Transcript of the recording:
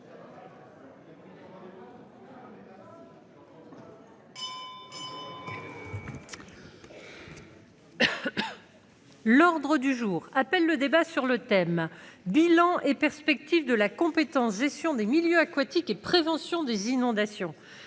avons terminé avec le débat sur le thème :« Bilan et perspectives de la compétence " Gestion des milieux aquatiques et prévention des inondations "